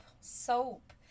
Soap